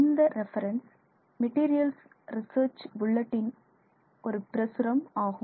இந்த reference 'materials research bulletin' இன் ஒரு பிரசுரம் ஆகும்